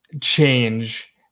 change